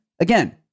again